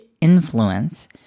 influence